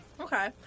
Okay